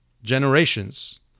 generations